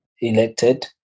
elected